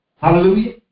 Hallelujah